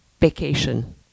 vacation